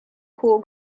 cool